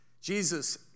Jesus